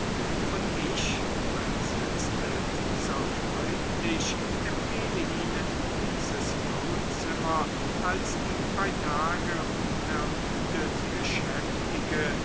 und ich versetzte dieser freundlich empfehle ihnen dieses frauenzimmer als die bei tage unermüdet geschäftige